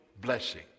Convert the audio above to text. blessing